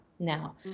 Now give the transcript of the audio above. Now